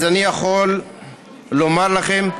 אז אני יכול לומר לכם: